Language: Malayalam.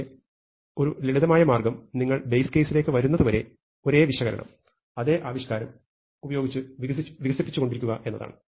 പക്ഷേ ഒരു ലളിതമായ മാർഗ്ഗം നിങ്ങൾ ബേസ് കേസിലേക്ക് വരുന്നതുവരെ ഒരേ വിശകലനം അതേ ആവിഷ്കാരം ഉപയോഗിച്ച് വികസിപ്പിച്ചുകൊണ്ടിരിക്കുക എന്നതാണ്